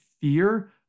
fear